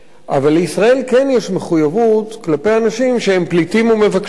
אבל לישראל כן יש מחויבות כלפי אנשים שהם פליטים ומבקשי מקלט.